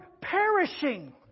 perishing